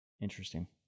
Interesting